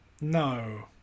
no